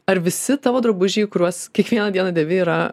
ar visi tavo drabužiai kuriuos kiekvieną dieną dėvi yra